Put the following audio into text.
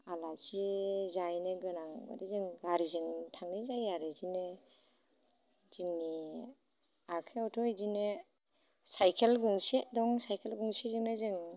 आलासि जाहैनो गोनां माने जों गारिजोंं थांनाय जायो आरो बिदिनो जोंनि आखाइआवथ' इदिनो साइखेल गंसे दं साइखेल गंसेजोंनो जों